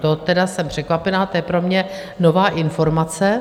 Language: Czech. To tedy jsem překvapená, to je pro mě nová informace.